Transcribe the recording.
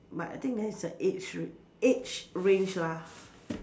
but I think there's a age ran~ age range lah